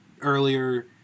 earlier